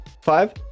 Five